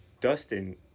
Dustin